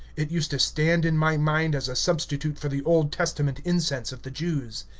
it used to stand in my mind as a substitute for the old testament incense of the jews.